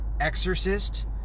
Exorcist